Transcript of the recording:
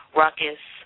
ruckus